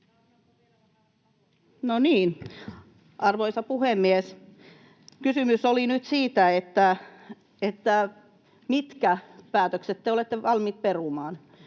arvoisa puhemies! Kysymys oli nyt siitä, mitkä päätökset te olette valmiit perumaan.